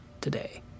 today